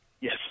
Yes